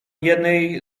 jednej